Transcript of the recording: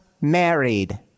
married